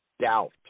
doubt